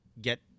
get